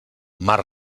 mar